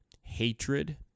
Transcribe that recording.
hatred